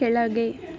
ಕೆಳಗೆ